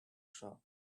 shop